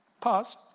Pause